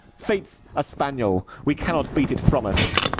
fate s a spaniel, we cannot beat it from us.